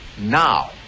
now